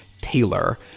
Taylor